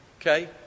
Okay